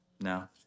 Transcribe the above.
No